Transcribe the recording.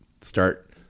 start